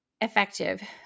effective